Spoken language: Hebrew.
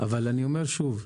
אבל אני אומר שוב,